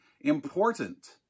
important